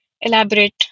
elaborate